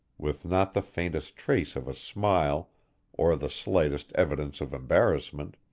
with not the faintest trace of a smile or the slightest evidence of embarrassment